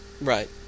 Right